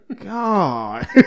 God